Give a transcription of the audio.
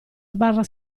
sbarra